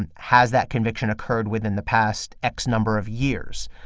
and has that conviction occurred within the past x number of years?